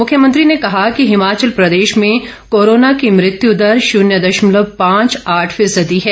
मुख्यमंत्री ने कहा कि हिमाचल प्रदेश में कोरोना की मृत्यू दर शुन्य दशमलव पांच आठ फीसदी है